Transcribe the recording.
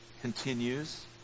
continues